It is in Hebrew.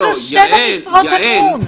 יש לו שבע משרות אמון.